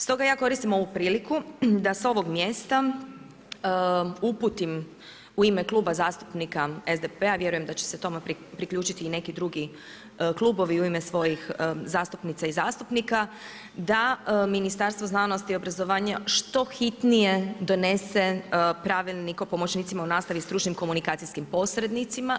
Stoga ja koristim ovu priliku da sa ovog mjesta uputim u ime Kluba zastupnika SDP-a, vjerujem da će se tome priključiti i neki drugi klubovi u ime svojih zastupnica i zastupnika, da Ministarstvo znanosti, obrazovanja što hitnije donese pravilnik o pomoćnicima u nastavi i stručno-komunikacijskim posrednicima.